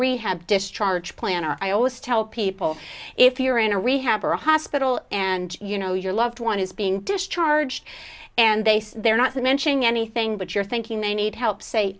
rehab discharge planner i always tell people if you're in a rehab or a hospital and you know your loved one is being discharged and they say they're not mentioning anything but you're thinking they need help say